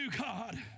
God